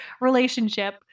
relationship